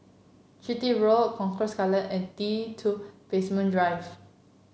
Chitty Road Concourse Skyline and T two Basement Drive